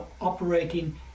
operating